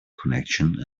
connection